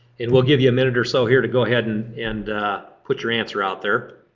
and we'll give you a minute or so here to go ahead and and put your answer out there.